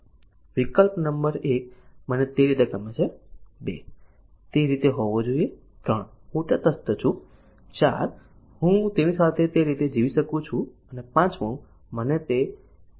વિકલ્પ નંબર એક મને તે રીતે ગમે છે 2 તે રીતે હોવો જોઈએ 3 હું તટસ્થ છું 4 હું તેની સાથે તે રીતે જીવી શકું છું અને પાંચમો મને તે રીતે અણગમો છે